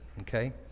okay